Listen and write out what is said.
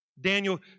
Daniel